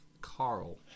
Carl